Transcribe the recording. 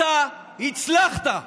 אתה הצלחת.